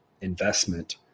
investment